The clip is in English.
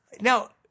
Now